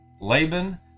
Laban